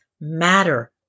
matter